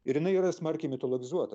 ir jinai yra smarkiai mitologizuota